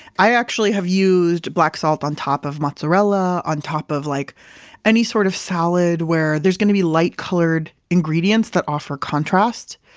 i actually have used black salt on top of mozzarella, on top of like any sort of salad where there's going to be light colored ingredients that offer contrast.